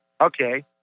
Okay